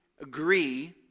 agree